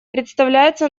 представляется